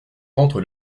rentre